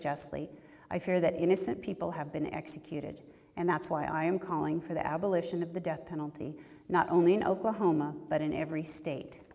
justly i fear that innocent people have been executed and that's why i am calling for the abolition of the death penalty not only in oklahoma but in every state